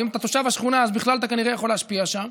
ואם אתה תושב השכונה אז בכלל אתה כנראה יכול להשפיע שם,